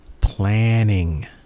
planning